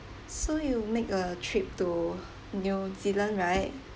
so you made a trip to new zealand right